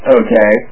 okay